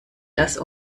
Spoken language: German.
dass